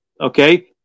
okay